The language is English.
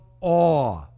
awe